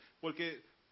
porque